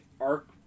arc